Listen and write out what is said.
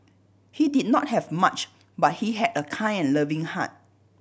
he did not have much but he had a kind and loving heart